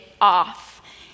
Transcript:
off